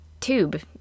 tube